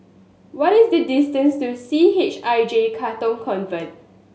what is the distance to C H I J Katong Convent